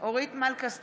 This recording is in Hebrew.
אורית מלכה סטרוק,